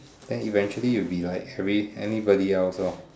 then eventually you will be like really anybody else lor